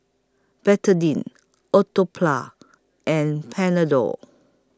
Betadine and Panadol